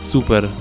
Super